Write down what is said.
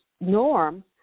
norm